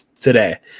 today